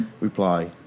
reply